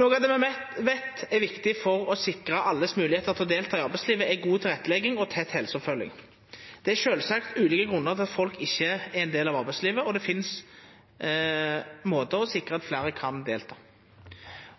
Noko av det me veit er viktig for å sikra alle moglegheit til å delta i arbeidslivet, er god tilrettelegging og tett helseoppfølging. Det er sjølvsagt ulike grunnar til at folk ikkje er ein del av arbeidslivet, men det finst måtar å sikra at fleire kan delta.